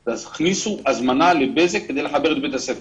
תכניסו הזמנה לבזק כדי לחבר את בית הספר.